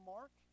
Mark